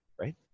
Right